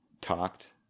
talked